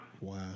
Wow